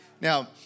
Now